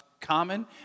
common